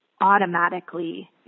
automatically